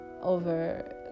over